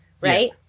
right